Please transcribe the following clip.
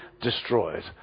destroyed